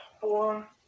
four